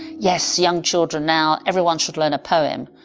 yes, young children now, everyone should learn a poem.